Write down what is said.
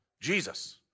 Jesus